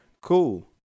Cool